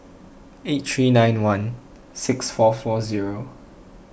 eight three nine one six four four zero